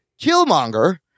Killmonger